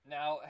Now